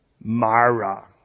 Mara